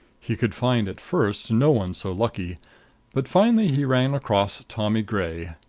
he could find, at first, no one so lucky but finally he ran across tommy gray.